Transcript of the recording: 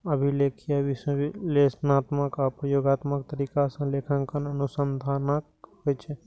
अभिलेखीय, विश्लेषणात्मक आ प्रयोगात्मक तरीका सं लेखांकन अनुसंधानक होइ छै